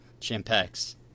Champex